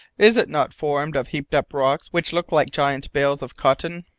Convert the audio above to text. is it not formed of heaped-up rocks which look like giant bales of cotton?